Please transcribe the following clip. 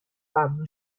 ممنوع